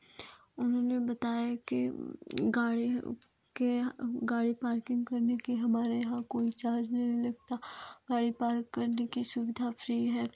उन्होंने बताया कि गाड़ी के गाड़ी पार्किंग करने के हमारे यहाँ कोई चार्ज नहीं लगता गाड़ी पार्क करने की सुविधा फ्री है